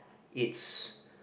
it's